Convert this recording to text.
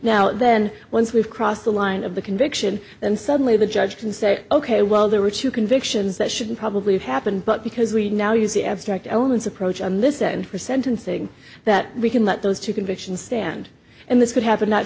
now then once we've crossed the line of the conviction then suddenly the judge can say ok well there were two convictions that shouldn't probably have happened but because we now use the abstract omens approach on this and for sentencing that we can let those two convictions stand and this could happen not